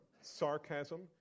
sarcasm